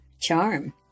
charm